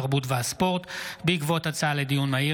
התרבות והספורט בעקבות דיון מהיר